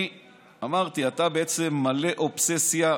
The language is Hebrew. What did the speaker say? אמרתי, אתה מלא אובססיה,